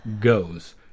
goes